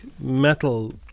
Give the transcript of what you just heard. Metal